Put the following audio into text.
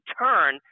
turn –